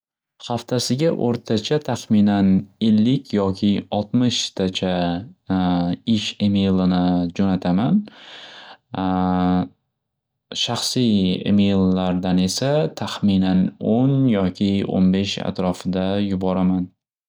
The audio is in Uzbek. Haftasiga o'rtacha taxminan ellik yoki oltmishtacha ish emelini jo'nataman shaxsiy emellardan esa taxminan o'n yoki o'n besh atrofida yuboraman.